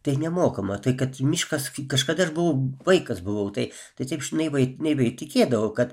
tai nemokama tai kad miškas kažkada aš buvau vaikas buvau tai tai taip žinai vait nei vei įtikėdavau kad